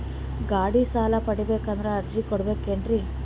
ಗಾಡಿ ಸಾಲ ಪಡಿಬೇಕಂದರ ಅರ್ಜಿ ಕೊಡಬೇಕೆನ್ರಿ?